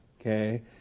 okay